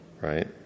Right